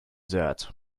that